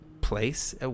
place